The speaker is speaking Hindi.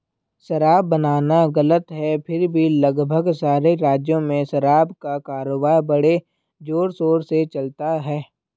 शराब बनाना गलत है फिर भी लगभग सारे राज्यों में शराब का कारोबार बड़े जोरशोर से चलता है